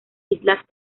islas